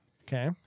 Okay